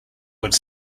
would